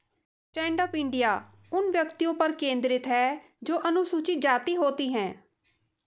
stand up India उन व्यक्तियों पर केंद्रित है जो अनुसूचित जाति होती है